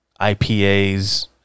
IPAs